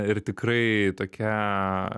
ir tikrai tokia